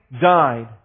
died